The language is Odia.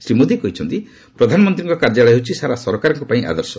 ଶ୍ରୀ ମୋଦି କହିଛନ୍ତି ପ୍ରଧାନମନ୍ତ୍ରୀଙ୍କ କାର୍ଯ୍ୟାଳୟ ହେଉଛି ସାରା ସରକାରଙ୍କପାଇଁ ଆଦର୍ଶ